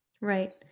Right